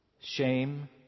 Shame